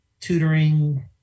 tutoring